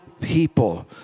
people